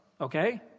okay